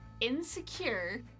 insecure